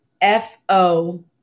F-O